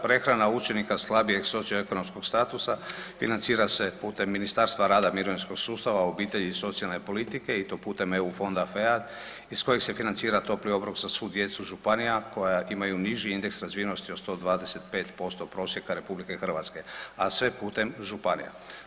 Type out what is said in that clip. Prehrana učenika slabijeg socioekonomskog statusa financira se putem Ministarstva rada, mirovinskog sustava, obitelji i socijalne politike i to putem EU fonda FEAD iz kojeg se financira topli obrok za svu djecu županija koja imaju niži indeks razvijenosti od 125% prosjeka RH, a sve putem županija.